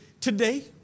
today